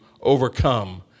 overcome